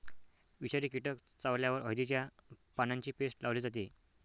विषारी कीटक चावल्यावर हळदीच्या पानांची पेस्ट लावली जाते